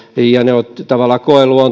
ja ne ovat tavallaan